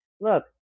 Look